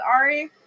Ari